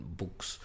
books